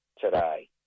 today